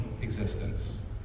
existence